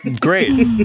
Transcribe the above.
Great